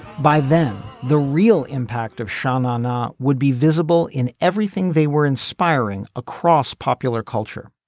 by then the real impact of shannon um would be visible in everything they were inspiring across popular culture.